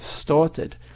started